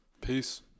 Peace